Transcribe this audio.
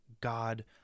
God